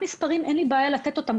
אין לי בעיה לתת את המספרים,